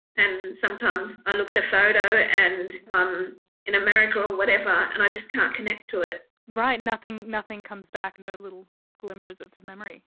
and sometimes i look at a photo and i'm in america or whatever and i just can't connect to it. right, nothing nothing comes back, no little glimmers of memory.